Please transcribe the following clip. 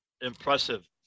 Impressive